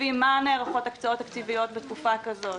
לפי מה נערכות הקצאות תקציביות בתקופה כזאת?